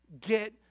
get